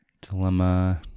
Dilemma